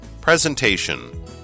Presentation